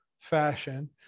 fashion